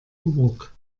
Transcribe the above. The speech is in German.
ruck